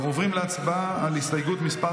אנחנו עוברים להצבעה על הסתייגות מס'